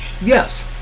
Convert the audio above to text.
Yes